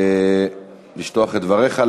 לשטוח את דבריך.